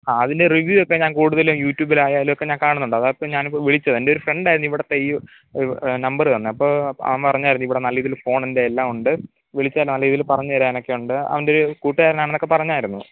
ആ അതിന്റെ റിവ്യു ഒക്കെ ഞാന് കൂടുതലും യൂട്ട്യുബിലായാലും ഒക്കെ കാണുന്നുണ്ട് അതാ ഇപ്പം ഞാനിപ്പം വിളിച്ചത് എൻ്റെ ഒരു ഫ്രണ്ട് ആയിരുന്നു ഇവിടുത്തെ ഈ നമ്പര് തന്നത് അപ്പോൾ അവന് പറഞ്ഞായിരുന്നു ഇവിടെ നല്ല ഇതിൽ ഫോണ് ഉണ്ട് എല്ലാം ഉണ്ട് വിളിച്ചാൽ നല്ല രീതിയിൽ പറഞ്ഞ് തരാനൊക്കെ ഉണ്ട് അവൻ്റെ ഒരു കൂട്ടുകാരൻ ആണെന്നൊക്കെ പറഞ്ഞായിരുന്നു